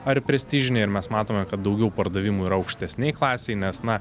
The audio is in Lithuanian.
ar prestižinė ir mes matome kad daugiau pardavimų yra aukštesnėj klasėj nes na